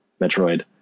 Metroid